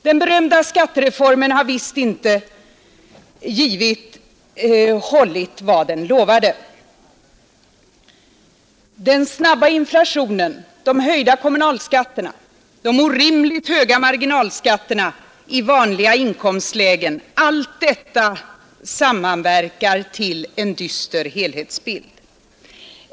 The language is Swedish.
Den berömda skattereformen har visst inte hållit vad den lovade. Den snabba inflationen, de höjda kommunalskatterna, de orimligt höga marginalskatterna i vanliga inkomstlägen — allt detta samverkar till en dyster helhetsbild.